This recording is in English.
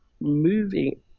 Moving